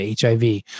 HIV